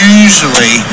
usually